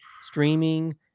streaming